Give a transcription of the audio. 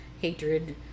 hatred